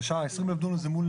20,000 דונם זה מול